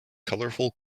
colorful